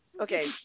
Okay